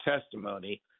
testimony